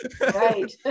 right